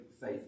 faith